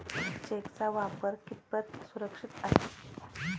चेकचा वापर कितपत सुरक्षित आहे?